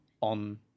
on